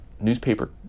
Newspaper